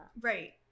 Right